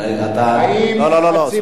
אתה, לא, לא, סליחה.